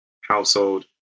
household